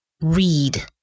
read